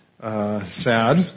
Sad